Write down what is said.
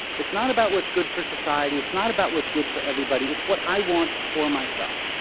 it's not about what's good for society. it's not about what's good for everybody. it's what i want for myself.